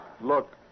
Look